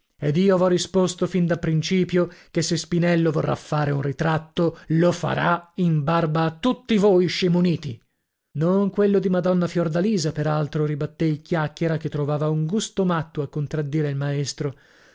ed io v'ho risposto fin da principio che se spinello vorrà fare un ritratto lo farà in barba a tutti voi scimuniti non quello di madonna fiordalisa per altro ribattè il chiacchiera che trovava un gusto matto a contraddire il maestro